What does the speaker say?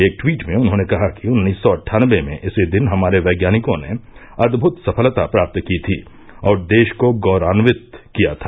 एक ट्वीट में उन्होंने कहा कि उन्नीस सौ अट्ठानबे में इसी दिन हमारे वैज्ञानिकों ने अदभुत सफलता प्राप्त की थी और देश को गौरवान्वित किया था